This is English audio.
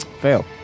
Fail